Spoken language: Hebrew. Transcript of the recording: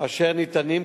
אשר ניתנים,